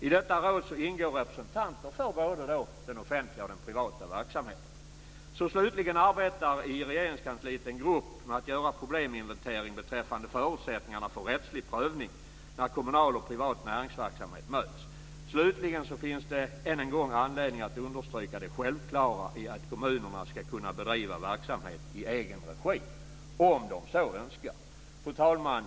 I detta råd ingår representanter för både offentlig och privat verksamhet. I Regeringskansliet arbetar dessutom en grupp med att göra probleminventering beträffande förutsättningarna för rättslig prövning när kommunal och privat näringsverksamhet möts. Det finns än en gång anledning att understryka det självklara i att kommunerna ska kunna bedriva verksamhet i egen regi om de så önskar. Fru talman!